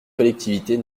collectivités